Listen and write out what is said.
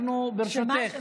אנחנו, ברשותך, שמה?